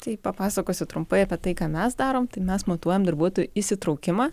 tai papasakosiu trumpai apie tai ką mes darom tai mes matuojam darbuotojų įsitraukimą